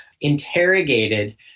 interrogated